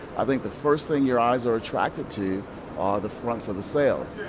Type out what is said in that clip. i think the first thing your eyes are attracted to are the fronts of the cells.